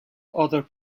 other